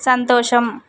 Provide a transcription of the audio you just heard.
సంతోషం